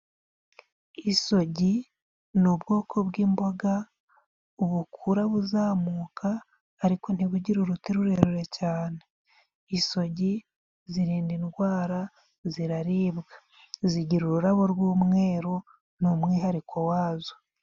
Isogi ni ubwoko bw'imboga ubukura buzamuka ariko ntibugira uruti rurerure cyane. Isogi zirinda indwara ziraribwa, zigira ururabo rw'umweru ni umwihariko wazo.